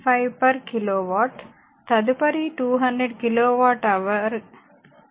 5kw తదుపరి 200కిలో watt hour కి 2